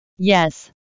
yes